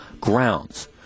grounds